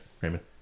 Raymond